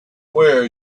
where